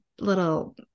little